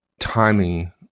timing